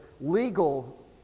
legal